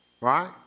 Right